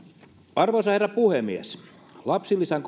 arvoisa herra puhemies lapsilisän